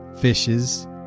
fishes